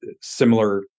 similar